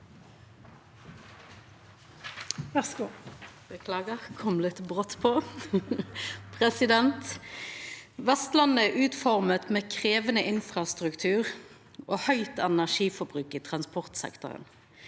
Vestland- et er utforma med ein krevjande infrastruktur og eit høgt energiforbruk i transportsektoren.